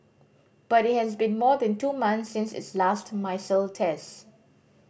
but it has been more than two months since its last missile test